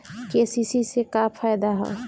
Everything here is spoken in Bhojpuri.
के.सी.सी से का फायदा ह?